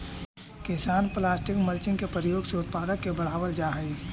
किसान plastic mulching के प्रयोग से उत्पादक के बढ़ावल जा हई